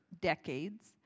decades